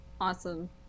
Awesome